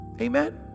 Amen